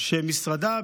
שמשרדה,